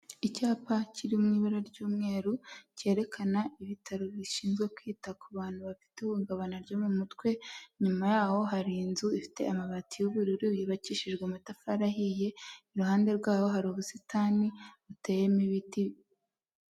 Icyapa kiri mu i ibara ry'umweru cyerekana ibitaro bishinzwe kwita ku bantu bafite ihungabana ryo mu mutwe. Inyuma yaho hari inzu ifite amabati y'ubururu, yubakishijwe amatafari ahiye, iruhande rwabo hari ubusitani buteyemo ibiti.